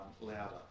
louder